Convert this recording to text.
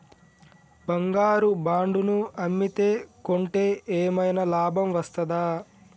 బంగారు బాండు ను అమ్మితే కొంటే ఏమైనా లాభం వస్తదా?